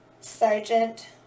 Sergeant